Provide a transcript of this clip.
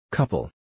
Couple